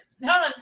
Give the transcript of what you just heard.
No